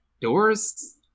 Doors